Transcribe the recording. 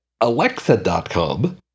Alexa.com